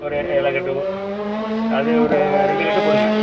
ஒரு இலை கட்டு அது ஒரு ரெண்டு கட்டு போடுங்க